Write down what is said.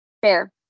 Fair